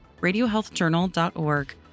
RadioHealthJournal.org